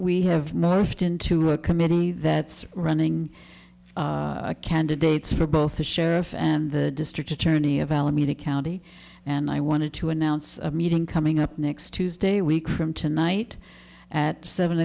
we have merged into a committee that's running candidates for both the sheriff and the district attorney of alameda county and i wanted to announce a meeting coming up next tuesday a week from tonight at seven